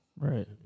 right